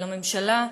ולממשלה,